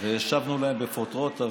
השבנו להם בפרוטרוט,